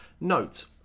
Note